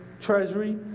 treasury